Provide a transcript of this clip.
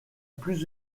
plus